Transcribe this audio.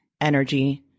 energy